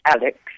Alex